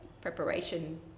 preparation